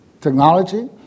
technology